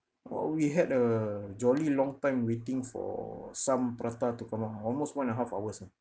well we had a jolly long time waiting for some prata to come out almost one and a half hours ah